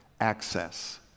Access